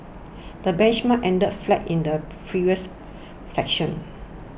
the benchmark ended flat in the previous section